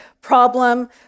problem